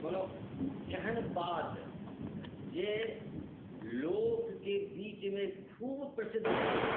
कओनो एहन बात जे लोककेँ बीचमे खूब प्रसिद्ध छै